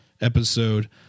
episode